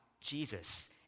Jesus